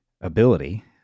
ability